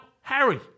Harry